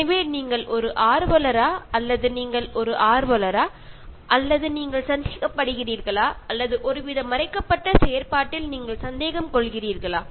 எனவே நீங்கள் ஒரு ஆர்வலரா அல்லது நீங்கள் ஒரு ஆர்வலரா அல்லது நீங்கள் சந்தேகப்படுகிறீர்களா அல்லது ஒருவித மறைக்கப்பட்ட செயற்பாட்டில் நீங்கள் சந்தேகம் கொள்கிறீர்களா